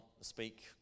speak